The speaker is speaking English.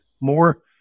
more